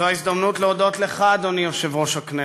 זו ההזדמנות להודות לך, אדוני יושב-ראש הכנסת,